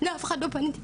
לאף אחד לא פניתי,